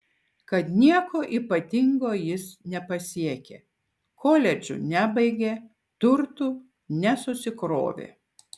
kad nieko ypatingo jis nepasiekė koledžų nebaigė turtų nesusikrovė